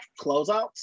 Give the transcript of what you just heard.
closeouts